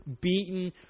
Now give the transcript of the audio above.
beaten